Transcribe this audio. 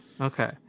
Okay